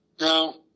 No